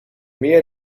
meer